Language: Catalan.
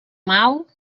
mal